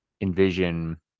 envision